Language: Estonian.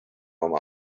oma